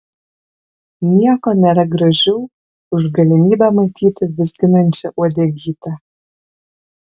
nieko nėra gražiau už galimybę matyti vizginančią uodegytę